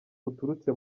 buturutse